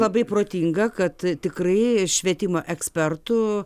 labai protinga kad tikrai švietimo ekspertų